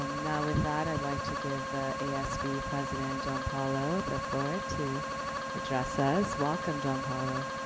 um now with that, i'd like to give asv president john pollo the floor to address us. welcome, john pollo.